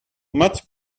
much